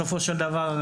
בסופו של דבר,